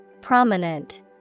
Prominent